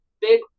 big